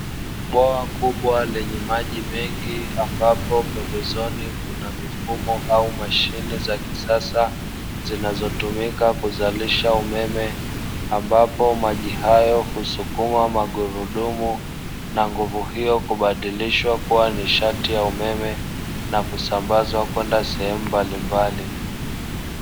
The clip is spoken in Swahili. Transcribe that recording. Bwawa kubwa lenye maji mengi ambapo pembezoni kuna mifumo au mashine za kisasa zinazotumika kuzalisha umeme ambapo maji hayo husukuma magurudumu, na nguvu hiyo kubadilishwa kuwa nishati ya umeme na kusambazwa kwenda sehemu mbalimbali.